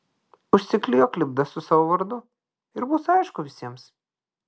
užsiklijuok lipdą su savo vardu ir bus aišku visiems